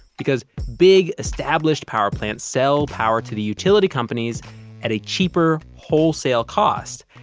because big established power plants sell power to the utility companies at a cheaper wholesale cost.